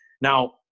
now